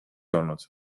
olnud